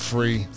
Free